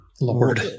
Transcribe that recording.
Lord